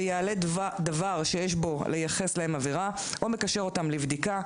שיעלה דבר שיש בו לייחס להם עבירה או מקשר אותם לבדיקה,